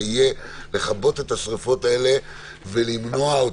יהיה לכבות את השרפות האלה ולמנוע אותן.